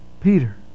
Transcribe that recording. Peter